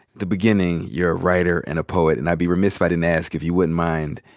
the beginning, you're a writer and a poet, and i'd be remiss if i didn't ask if you wouldn't mind,